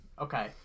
okay